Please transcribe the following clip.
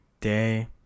day